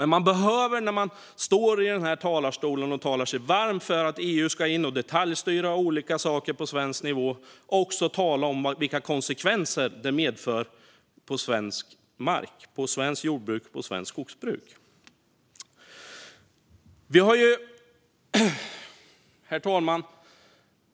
När man står i denna talarstol och talar sig varm för att EU ska in och detaljstyra olika saker på svensk nivå behöver man också tala om vilka konsekvenser det medför för svensk mark, svenskt jordbruk och svenskt skogsbruk. Herr talman!